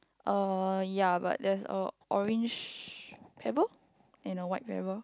uh ya but there's a orange pebble and a white pebble